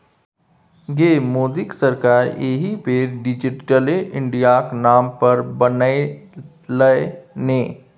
गै मोदीक सरकार एहि बेर डिजिटले इंडियाक नाम पर बनलै ने